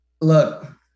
Look